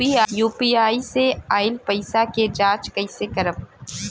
UPI से आइल पईसा के जाँच कइसे करब?